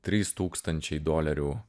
trys tūkstančiai dolerių